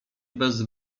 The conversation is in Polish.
bez